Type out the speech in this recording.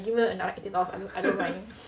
if they give me another eighteen dollars I don't mind